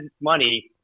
money